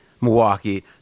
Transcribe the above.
Milwaukee